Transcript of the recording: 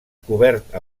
cobert